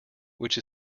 which